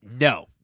No